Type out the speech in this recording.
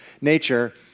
nature